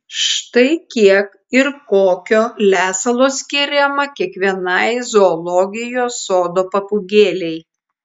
štai kiek ir kokio lesalo skiriama kiekvienai zoologijos sodo papūgėlei